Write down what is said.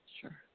Sure